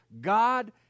God